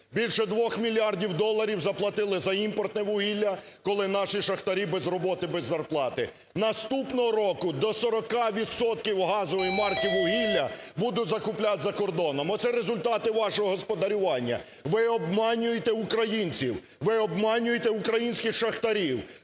Більше 2 мільярдів доларів заплатили за імпортне вугілля, коли наші шахтарі без роботи, без зарплати. Наступного року до 40 відсотків газової марки вугілля буде закуплятися за кордоном. Оце результати вашого господарювання. Ви обманюєте українців. Ви обманюєте українських шахтарів.